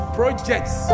projects